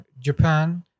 Japan